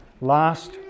last